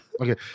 Okay